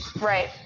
right